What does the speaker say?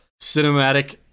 cinematic